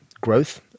growth